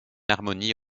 harmonie